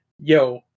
yo